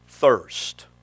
Thirst